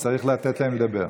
אז צריך לתת להם לדבר.